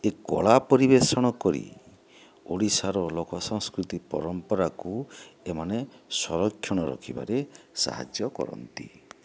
ଏ କଳା ପରିବେଷଣ କରି ଓଡ଼ିଶାର ଲୋକ ସଂସ୍କୃତି ପରମ୍ପରାକୁ ଏମାନେ ସଂରକ୍ଷଣ ରଖିବାରେ ସାହାଯ୍ୟ କରନ୍ତି